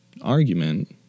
argument